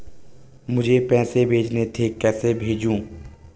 मुझे पैसे भेजने थे कैसे भेजूँ?